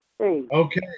Okay